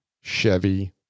Chevy